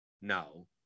No